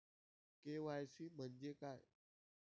KYC म्हंजे काय?